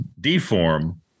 deform